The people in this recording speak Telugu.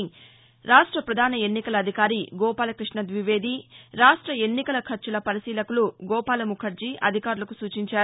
పరిగణించాల్సివుందని రాష్ట ప్రధాన ఎన్నికల అధికారి గోపాలకృష్ణ ద్వివేది రాష్ట్ర ఎన్నికల ఖర్చుల పరిశీలకులు గోపాల ముఖర్జీ అధికారులకు సూచించారు